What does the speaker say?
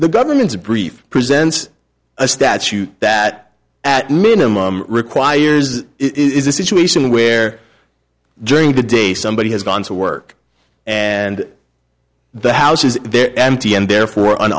the government's brief presents a statute that at minimum requires is a situation where during the day somebody has gone to work and the house is there empty and therefore an